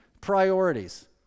priorities